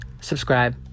subscribe